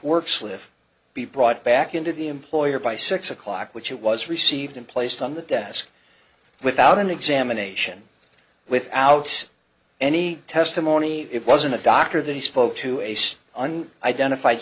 slip be brought back into the employer by six o'clock which it was received and placed on the desk without an examination without any testimony it wasn't a doctor that he spoke to ace an identified